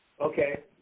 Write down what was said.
Okay